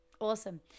Awesome